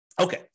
Okay